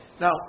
Now